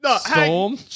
Storm